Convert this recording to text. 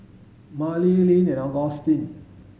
Marely Leann and Agustin